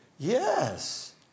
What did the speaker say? Yes